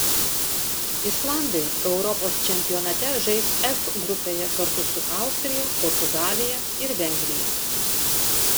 islandai europos čempionate žais f grupėje kartu su austrija portugalija ir vengrija